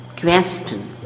question